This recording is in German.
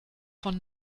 von